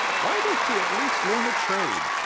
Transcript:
why don't you at least learn a trade,